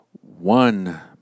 one